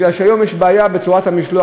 היום יש בעיה בצורת המשלוח.